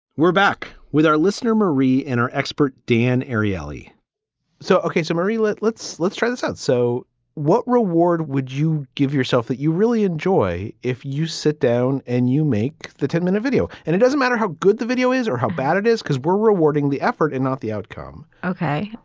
we're back with our listener marie and our expert dan ariely so, ok, so mary, let's let's let's try this out. so what reward would you give yourself that you really enjoy if you sit down and you make the ten minute video and it doesn't matter how good the video is or how bad it is because we're rewarding the effort and not the outcome ok.